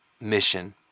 mission